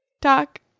Talk